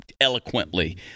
eloquently